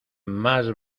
más